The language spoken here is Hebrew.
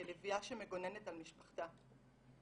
כלביאה שמגוננת על משפחתה,